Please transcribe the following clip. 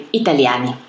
italiani